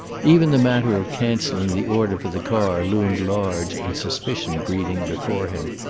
even the matter of cancelling the order for the car loomed large and suspicion-breeding before him,